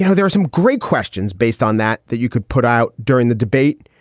you know there are some great questions based on that that you could put out during the debate.